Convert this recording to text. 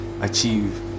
achieve